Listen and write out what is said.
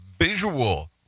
visual